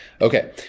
Okay